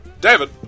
David